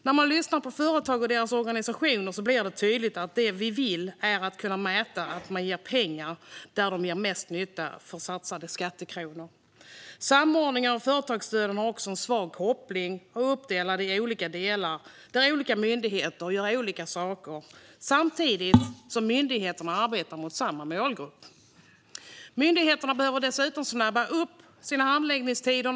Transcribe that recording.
När vi lyssnar på företagen och deras organisationer blir det tydligt att vi vill kunna mäta att vi ger pengar där de ger mest nytta för satsade skattekronor. Samordningen av företagsstöden har också en svag koppling och är uppdelad i delar där olika myndigheter gör olika saker, samtidigt som myndigheterna arbetar mot samma målgrupp. Myndigheter behöver dessutom korta ned handläggningstiderna.